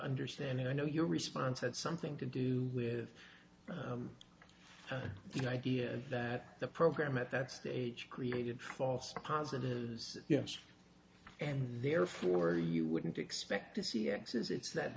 understanding i know your response had something to do with the idea that the program at that stage created false positives yes and therefore you wouldn't expect to see